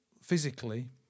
physically